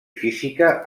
física